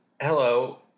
hello